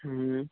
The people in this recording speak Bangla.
হুম